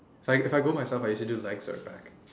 if I if I go myself I usually do legs or back